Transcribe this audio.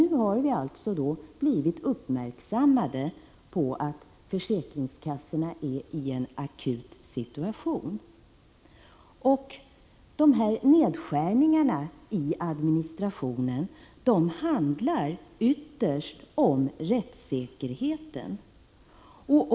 Nu har vi emellertid blivit uppmärksammade på att försäkringskassorna är i en akut situation. De här nedskärningarna i administrationen handlar ytterst om rättssäkerheten.